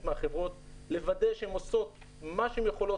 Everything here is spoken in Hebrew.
מהחברות לוודא שהן עושות מה שהן יכולות,